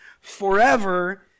forever